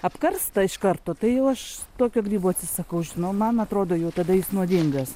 apkarsta iš karto tai jau aš tokio grybo atsisakau žinau man atrodo jau tada jis nuodingas